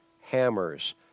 hammers